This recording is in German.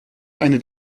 eine